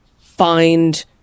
find